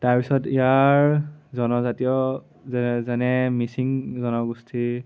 তাৰপিছত ইয়াৰ জনজাতীয় যে যেনে মিচিং জনগোষ্ঠীৰ